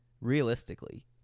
realistically